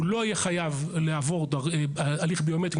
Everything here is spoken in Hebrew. הוא לא יהיה חייב לעבור הליך ביומטרי,